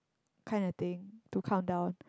kind of thing to countdown